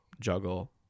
juggle